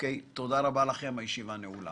תודה רבה לכם, הישיבה נעולה.